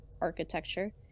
architecture